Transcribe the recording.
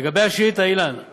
לגבי השאילתה, אילן,